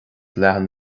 leathan